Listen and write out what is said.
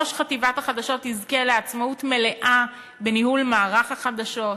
ראש חטיבת החדשות יזכה לעצמאות מלאה בניהול מערך החדשות.